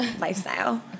lifestyle